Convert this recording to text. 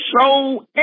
show